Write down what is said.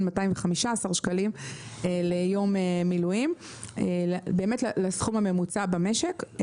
הסכום הוא 215 שקלים - ליום מילואים ולהתאים אותו לסכום הממוצע במשק.